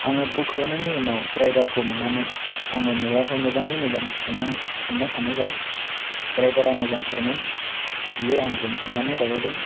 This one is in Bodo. आङो बुक खालामनायनि उनाव ड्राइबारखौ मोननानै आङो न'आवहाय मोजांयै मोजां थांनो हानाय जादों ड्राइभारया मोजांथारमोन बियो आंजों सनमानै रायलायदों